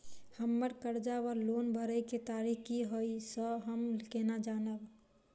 हम्मर कर्जा वा लोन भरय केँ तारीख की हय सँ हम केना जानब?